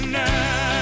now